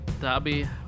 Dobby